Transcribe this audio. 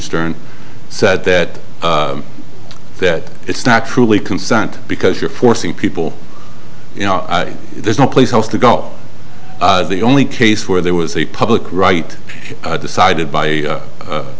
stern said that that it's not truly consent because you're forcing people you know there's no place else to go the only case where there was a public right decided by